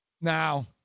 Now